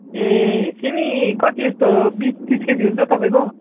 ए सिमी कति जस्तो बिस तिस केजी हुन्छ तपाईँको